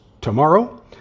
tomorrow